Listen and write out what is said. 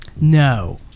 No